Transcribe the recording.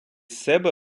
себе